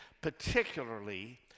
particularly